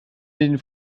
den